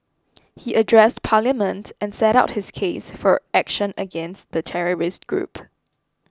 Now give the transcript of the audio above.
he addressed Parliament and set out his case for action against the terrorist group